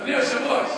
אדוני היושב-ראש,